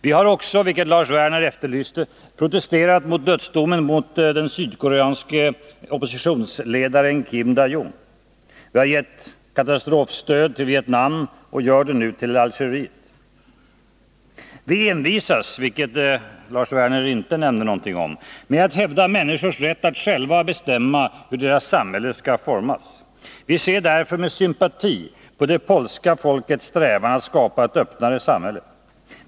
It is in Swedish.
Vi har också, vilket Lars Werner efterlyste, protesterat mot dödsdomen mot den sydkoreanske oppositionsledaren Kim Dae-Jung. Vi har gett katastrofhjälp till Vietnam och gör det nu till Algeriet. Vi envisas, vilket Lars Werner inte nämnde något om, med att hävda människors rätt att själva bestämma hur deras samhälle skall formas. Vi ser därför med sympati på det polska folkets strävan att skapa ett öppnare samhälle.